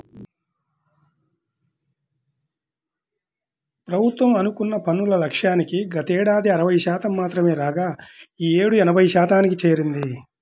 ప్రభుత్వం అనుకున్న పన్నుల లక్ష్యానికి గతేడాది అరవై శాతం మాత్రమే రాగా ఈ యేడు ఎనభై శాతానికి చేరింది